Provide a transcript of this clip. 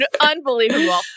unbelievable